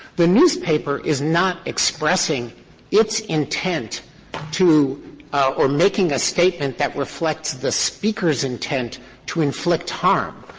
the newspaper is not expressing its intent to or making a statement that reflects the speaker's intent to inflict harm.